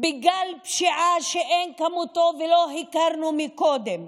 בגל פשיעה שאין כמותו ולא הכרנו קודם.